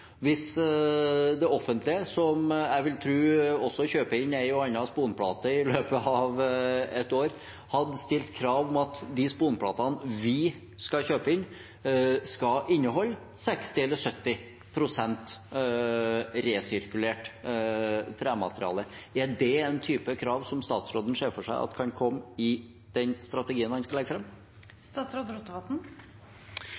Hvis det offentlige, som jeg vil tro også kjøper inn en og annen sponplate i løpet av et år, hadde stilt krav om at de sponplatene de skal kjøpe, skal inneholde 60 pst. eller 70 pst. resirkulert tremateriale – er det en type krav som statsråden ser for seg at kan komme i den strategien han skal legge fram?